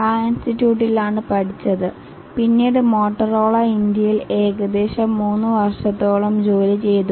ആ ഇൻസ്റ്റിട്യൂട്ടിൽ ആണ് പഠിച്ചത് പിന്നീട് മോട്ടറോള ഇന്ത്യയിൽ ഏകദേശം 3 വർഷത്തോളം ജോലി ചെയ്തു